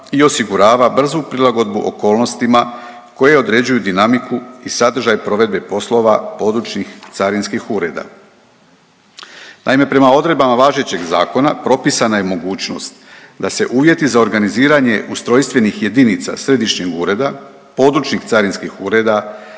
i osigurava brzu prilagodbu okolnostima koje određuju dinamiku i sadržaj provedbe poslova područnih carinskih ureda. Naime, prema odredbama važećeg zakona propisana je mogućnost da se uvjeti za organiziranje ustrojstvenih jedinica središnjeg ureda, područnih carinskih ureda,